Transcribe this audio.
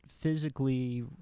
physically